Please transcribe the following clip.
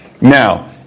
Now